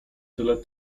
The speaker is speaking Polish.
tyle